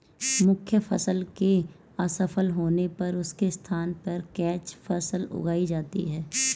मुख्य फसल के असफल होने पर उसके स्थान पर कैच फसल उगाई जाती है